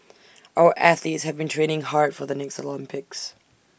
our athletes have been training hard for the next Olympics